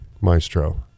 Maestro